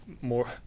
more